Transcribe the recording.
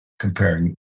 comparing